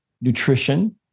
nutrition